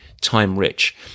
time-rich